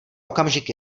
okamžik